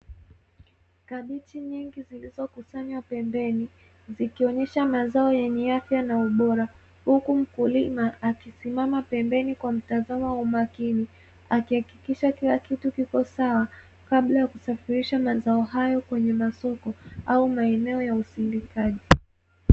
Kabichi nyingi zilizokusanywa pembeni zikionyesha mazao yenye afya na ubora, huku mkulima akisimama pembeni kwa mtazamo wa umakini akihakikisha kila kitu kipo sawa kabla ya kusafirisha mazao hayo kwenye masoko au maeneo ya usindikaji.